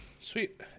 sweet